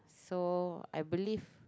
so I believe